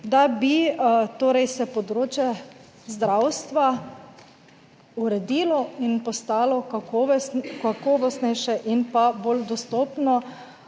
torej se področje zdravstva uredilo in postalo kakovostnejše in pa bolj dostopno